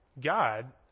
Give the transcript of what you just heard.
God